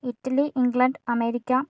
Italy England America